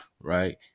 right